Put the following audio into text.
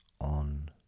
on